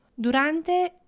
Durante